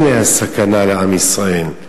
אלה הסכנה לעם ישראל.